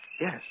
Yes